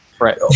Right